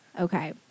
Okay